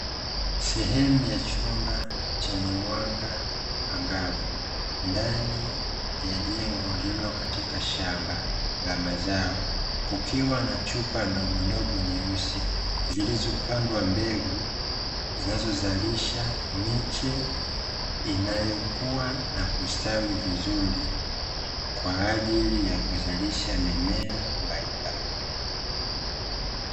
Sehemu ya chumba chenye mwanga angavu, ndani ya jengo lililo katika shamba la mazao, kukiwa na chupa ndogondogo nyeusi zilizopandwa mbegu zinazozalisha miche inayokua na kusitawi vizuri, kwa ajili ya kuzalisha mimea mbalimbali.